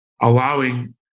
allowing